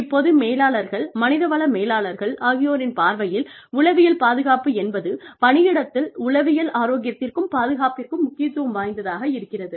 இப்போது மேலாளர்கள் மனிதவள மேலாளர்கள் ஆகியோரின் பார்வையில் உளவியல் பாதுகாப்பு என்பது பணியிடத்தில் உளவியல் ஆரோக்கியத்திற்கும் பாதுகாப்பிற்கும் முக்கியத்துவம் வாய்ந்ததாக இருக்கிறது